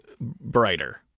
brighter